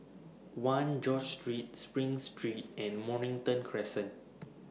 one George Street SPRING Street and Mornington Crescent